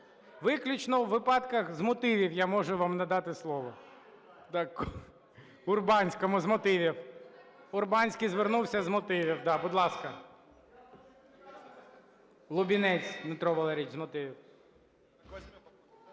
виключно у випадках з мотивів я можу вам надати слово. Урбанському з мотивів. Урбанський звернувся з мотивів. Будь ласка. Лубінець Дмитро Валерійович, з мотивів.